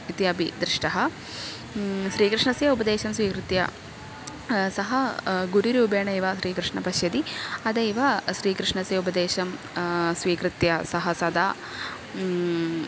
इत्यपि दृष्टः श्रीकृष्णस्य उपदेशं स्वीकृत्य सः गुरुरूपेण एव श्रीकृष्णं पश्यति अतैव श्रीकृष्णस्य उपदेशं स्वीकृत्य सः सदा